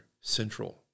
central